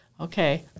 okay